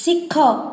ଶିଖ